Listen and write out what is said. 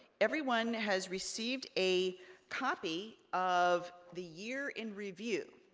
everyone has received a copy of the year in review.